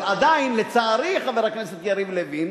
אבל עדיין, לצערי, חבר הכנסת יריב לוין,